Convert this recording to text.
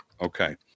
Okay